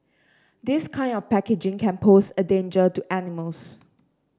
this kind of packaging can pose a danger to animals